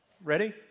Ready